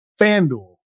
FanDuel